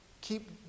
keep